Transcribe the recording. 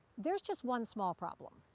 there's just one small problem.